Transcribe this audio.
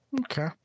Okay